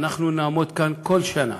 אנחנו נעמוד כאן כל שנה,